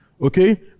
okay